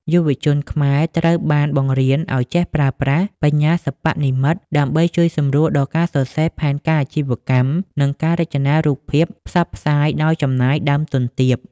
យុវជនខ្មែរត្រូវបានបង្រៀនឱ្យចេះប្រើប្រាស់ "បញ្ញាសិប្បនិម្មិត" ដើម្បីជួយសម្រួលដល់ការសរសេរផែនការអាជីវកម្ម និងការរចនារូបភាពផ្សព្វផ្សាយដោយចំណាយដើមទុនទាប។